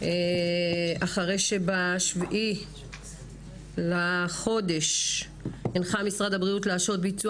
אחרי שב-7 לינואר הנחה משרד הבריאות להשהות ביצוע